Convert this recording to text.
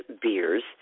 beers